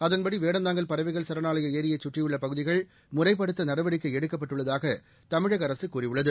அதன்படி வேடந்தாங்கல் பறவைகள் சரணாலய ஏரியைச் சுற்றியுள்ள பகுதிகள் முறைப்படுத்த நடவடிக்கை எடுக்கப்பட்டுள்ளதாக தமிழக அரசு கூறியுள்ளது